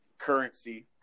currency